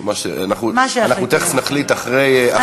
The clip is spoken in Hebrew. אנחנו תכף נחליט, אחרי, מה שיחליטו.